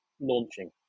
launching